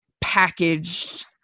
packaged